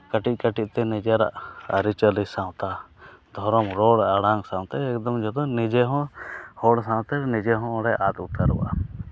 ᱠᱟᱹᱴᱤᱡ ᱠᱟᱹᱴᱤᱡᱛᱮ ᱱᱤᱡᱮᱨᱟᱜ ᱟᱹᱨᱤ ᱪᱟᱹᱞᱤ ᱥᱟᱶᱛᱟ ᱫᱷᱚᱨᱚᱢ ᱨᱚᱲ ᱟᱲᱟᱝ ᱥᱟᱶᱛᱮ ᱮᱠᱫᱚᱢ ᱡᱚᱛᱚ ᱱᱤᱡᱮ ᱦᱚᱸ ᱦᱚᱲ ᱥᱟᱶᱛᱮ ᱱᱤᱡᱮ ᱦᱚᱸ ᱚᱸᱰᱮ ᱟᱫ ᱩᱛᱟᱹᱨᱚᱜᱼᱟ